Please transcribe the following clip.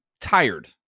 tired